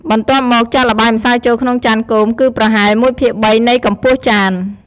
បន្ទាប់មក ចាក់ល្បាយម្សៅចូលក្នុងចានគោម គឺប្រហែល ១ភាគ៣ នៃកម្ពស់ចាន។